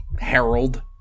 Harold